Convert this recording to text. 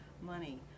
money